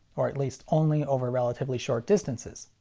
or at least, only over relatively short distances.